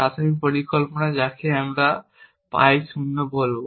প্রাথমিক পরিকল্পনা যাকে আমরা পাই শূন্য বলব